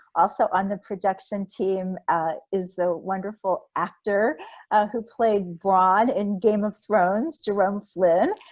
also on the production team is the wonderful actor who played bronn in game of thrones jerome flynn.